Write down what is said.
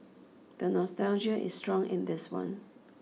the nostalgia is strong in this one